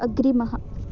अग्रिमः